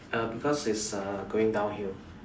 uh because it's err going downhill